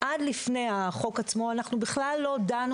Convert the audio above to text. עד לפני החוק עצמו אנחנו בכלל לא דנו